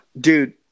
Dude